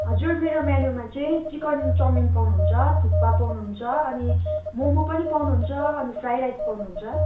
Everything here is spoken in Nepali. हजुर मेरो मेनुमा चाहिँ चिकन चाउमिन पाउनुहुन्छ थुक्पा पाउनुहुन्छ अनि मोमो पनि पाउनुहुन्छ अनि फ्राइड राइस पाउनुहुन्छ